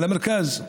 למרכז,